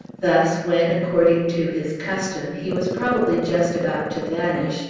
thus, when, according to his custom, he was probably just about to vanish,